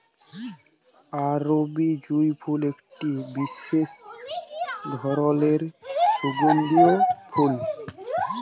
আরবি জুঁই ফুল একটি বিসেস ধরলের সুগন্ধিও ফুল